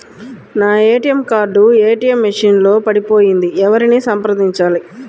నా ATM card ATM machine లో పడిపోయింది ఎవరిని సంప్రదించాలి?